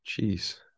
Jeez